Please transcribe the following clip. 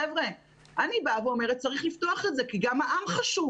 חבר'ה אני באה ואומרת שצריך לפתוח את זה כי גם העם חשוב